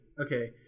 Okay